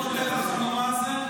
בעקבות הטבח הנורא הזה?